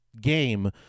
game